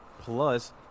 Plus